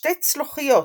בשתי צלוחיות